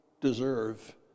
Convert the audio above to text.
deserve